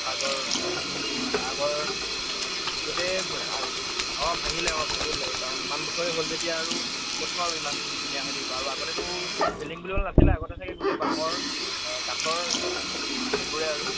আগৰ আগৰ গোটেই অঁ ভাঙিলে অঁ ভাঙিলে কাৰণ ইমান বছৰে হ'ল যেতিয়া আৰু ক'তনো আৰু ইমান ধুনীয়া হৈ থাকিব আৰু আগতেতো বেল্ডিং বুলিবলৈ নাছিলে আগতে চাগে গোটেই বাঁহৰ কাঠৰ সেইবোৰে আৰু